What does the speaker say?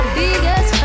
biggest